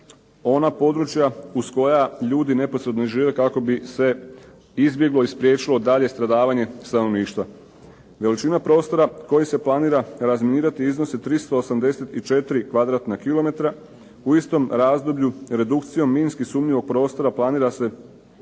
ona područja uz koja ljudi neposredno žive kako bi se izbjeglo i spriječilo daljnje stradavanje stanovništva. Veličina prostora koji se planira razminirati iznosi 384 kvadratna kilometra u istom razdoblju redukcijom minski sumnjivog prostora planira se